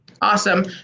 Awesome